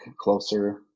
closer